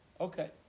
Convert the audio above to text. Okay